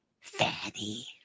fatty